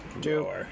Two